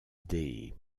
des